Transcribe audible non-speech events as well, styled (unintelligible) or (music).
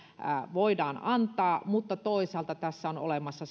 voidaan antaa mutta toisaalta tässä on olemassa (unintelligible)